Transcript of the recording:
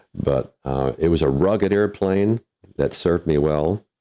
but it was a rugged airplane that served me well.